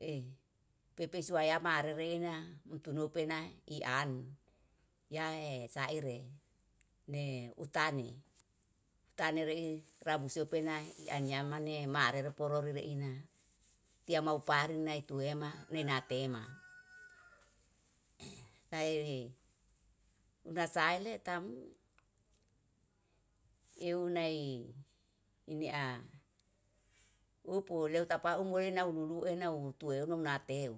e pepe sua ya marereina utunu penae i an yae saire, ne utani tani rei rabu supenai ianyamane marere pororo reina tia mau paru nai tuema nei natema sae. Una sae le tam euw nai ine a upu lewu tapau mowena ululue nau tuwerum nateu.